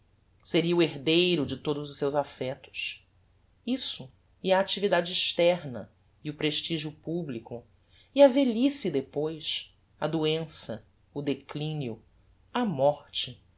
seria o herdeiro de todos os seus affectos isso e a actividade externa e o prestigio publico e a velhice depois a doença o declinio a morte